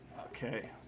Okay